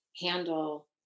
handle